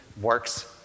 works